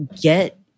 get